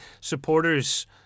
Supporters